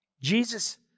Jesus